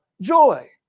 joy